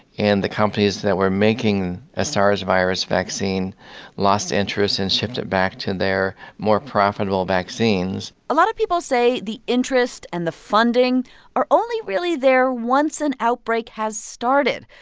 and the companies that were making a sars virus vaccine lost interest and shifted back to their more profitable vaccines a lot of people say the interest and the funding are only really there once an outbreak has started.